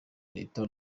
leta